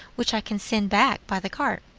which i can send back by the cart.